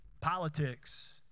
Politics